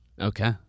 Okay